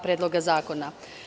Predloga zakona.